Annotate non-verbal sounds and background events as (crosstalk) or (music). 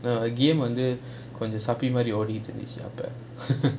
the game on the supplement ஓடிட்டு இருந்துச்சி அப்ப:odittu irunthuchi appe (laughs)